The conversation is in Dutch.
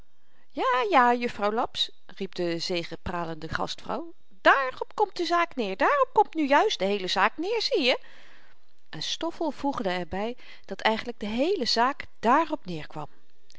ja ja juffrouw laps riep de zegepralende gastvrouw dààrop komt de zaak neer daarop komt nu juist de heele zaak neer zieje en stoffel voegde er by dat eigenlyk de heele zaak dààrop